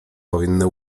powinny